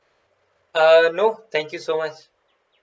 uh no thank you so much